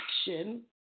action